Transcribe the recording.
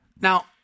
now